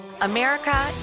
America